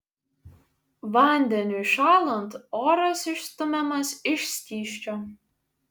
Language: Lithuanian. vandeniui šąlant oras išstumiamas iš skysčio